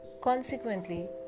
Consequently